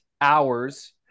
hours